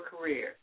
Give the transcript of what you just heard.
career